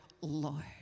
Lord